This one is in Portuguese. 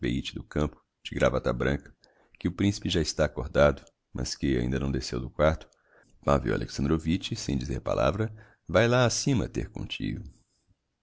matveich do campo de gravata branca que o principe já está acordado mas que ainda não desceu do quarto pavel alexandrovitch sem dizer palavra vae lá acima ter